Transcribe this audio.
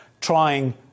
trying